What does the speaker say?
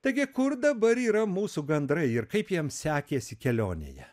taigi kur dabar yra mūsų gandrai ir kaip jiems sekėsi kelionėje